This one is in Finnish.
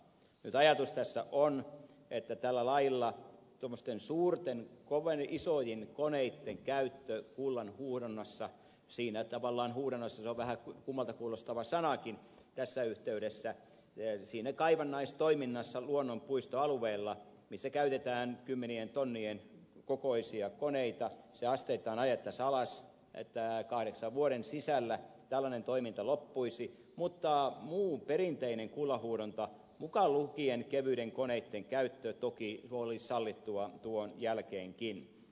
nyt ajatus tässä on että tällä lailla tuommoisten suurten isojen koneitten käyttö kullanhuuhdonnassa siinä tavallaan kullanhuuhdonta on vähän kummalta kuulostava sanakin tässä yhteydessä luonnonpuistoalueella siinä kaivannaistoiminnassa missä käytetään kymmenien tonnien kokoisia koneita se asteittain ajettaisiin alas niin että kahdeksan vuoden sisällä tällainen toiminta loppuisi mutta muu perinteinen kullanhuuhdonta mukaan lukien kevyiden koneiden käyttö toki olisi sallittua tuon jälkeenkin